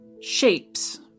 shapes